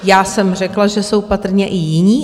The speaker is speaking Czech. Já jsem řekla, že jsou patrně i jiní.